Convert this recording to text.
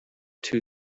two